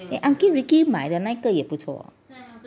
eh uncle ricky 买的那个也不错